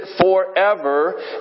forever